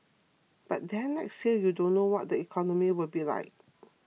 but then next year you don't know what the economy will be like